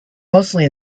mostly